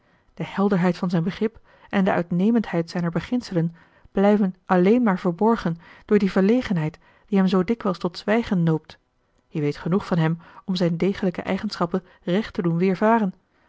de helderheid van zijn begrip en de uitnemendheid zijner beginselen blijven alleen maar verborgen door die verlegenheid die hem zoo dikwijls tot zwijgen noopt je weet genoeg van hem om zijn degelijken eigenschappen recht te doen weervaren